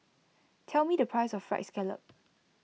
tell me the price of Fried Scallop